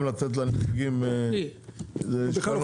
שלום, בבקשה.